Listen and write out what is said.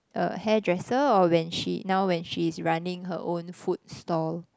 a hairdresser or when she now when she's running her own food stall